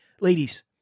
ladies